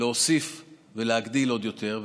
להוסיף ולהגדיל עוד יותר.